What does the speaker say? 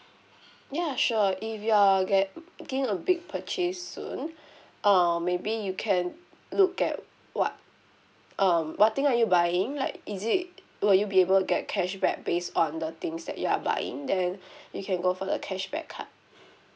ya sure if you are getting a big purchase soon err maybe you can look at what um what thing are you buying like is it will you be able get cashback based on the things that you are buying then you can go for the cashback card